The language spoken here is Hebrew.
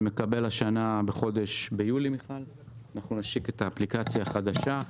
והשנה ביולי נשיק את האפליקציה החדשה.